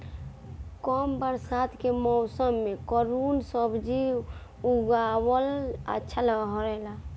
कम बरसात के मौसम में कउन सब्जी उगावल अच्छा रहेला?